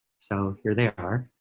so here they are.